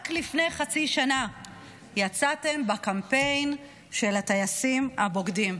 רק לפני חצי שנה יצאתם בקמפיין של הטייסים הבוגדים,